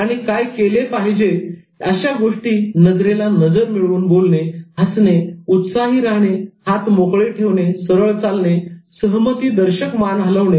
आणि काय केले पाहिजे अशा गोष्टी नजरेला नजर मिळवून बोलणे हसणे उत्साही राहणे हात मोकळे ठेवणे सरळ चालणे सहमती दर्शक मान हलविणे